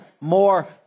more